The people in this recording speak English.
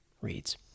Reads